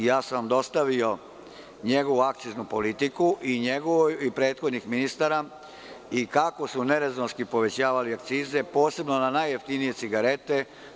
Dostavio sam vam njegovu akciznu politiku i njegovu i prethodnih ministara i kako su nerezonski povećavali akcize, posebno na najjeftinije cigarete.